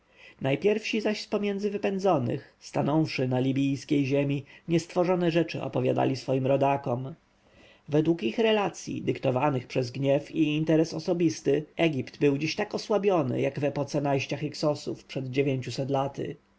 najpierwsi zaś z pomiędzy wypędzonych stanąwszy na libijskiej ziemi niestworzone rzeczy opowiadali swoim rodakom według ich relacyj dyktowanych przez gniew i interes osobisty egipt był dziś tak osłabiony jak w epoce najścia hyksosów przed dziewięciuset laty